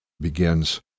begins